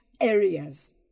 areas